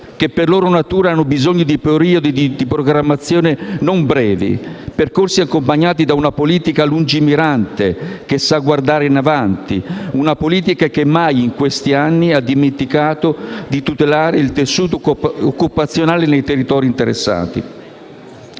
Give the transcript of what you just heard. che per loro natura hanno bisogno di periodi di programmazione non brevi, accompagnati da una politica lungimirante, che sa guardare in avanti e che mai in questi anni ha dimenticato di tutelare il tessuto occupazionale nei territori interessati.